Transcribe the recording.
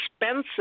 expensive